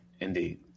Indeed